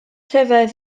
rhyfedd